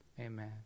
amen